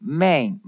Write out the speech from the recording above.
main